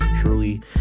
truly